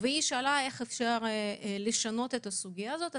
היא שאלה איך אפשר לשנות את הסוגיה הזאת.